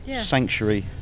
sanctuary